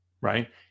right